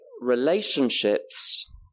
relationships